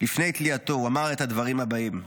לפני תלייתו, והוא אמר את הדברים הבאים: